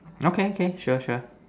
okay okay sure sure